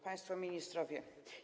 Państwo Ministrowie!